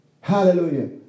Hallelujah